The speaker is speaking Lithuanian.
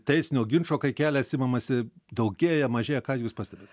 teisinio ginčo kai kelias imamasi daugėja mažėja ką jūs pastebit